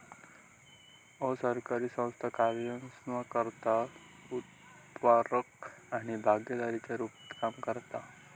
असरकारी संस्था कार्यान्वयनकर्ता, उत्प्रेरक आणि भागीदाराच्या रुपात काम करतत